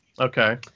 Okay